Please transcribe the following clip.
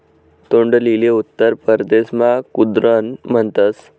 तोंडलीले उत्तर परदेसमा कुद्रुन म्हणतस